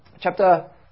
chapter